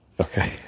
Okay